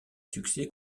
succès